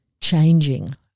changing